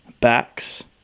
Backs